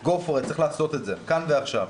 שאמר 'צריך לעשות את זה, כאן ועכשיו'.